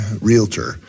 realtor